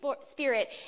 Spirit